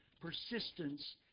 persistence